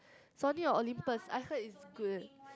Sony or Olympus I heard is good